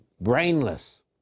brainless